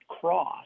cross